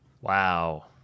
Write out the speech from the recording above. Wow